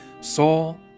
Saul